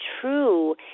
true